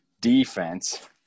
defense